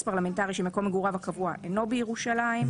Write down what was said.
פרלמנטרי שמקום מגוריו הקבוע אינו בירושלים.